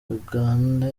uganda